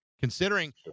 considering